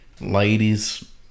ladies